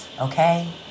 okay